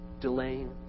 delaying